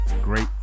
great